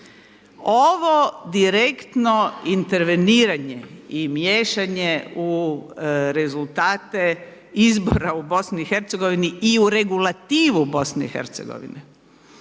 Ovo direktno interveniranje i miješanje u rezultate izbora u BiH i u regulativu BiH,